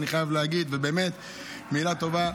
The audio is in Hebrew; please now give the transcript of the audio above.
אני חייב להגיד באמת מילה טובה.